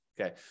okay